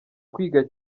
kwiga